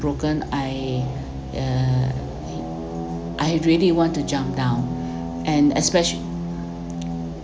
broken I uh I really want to jump down and especially